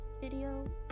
video